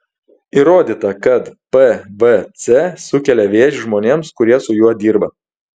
įrodyta kad pvc sukelia vėžį žmonėms kurie su juo dirba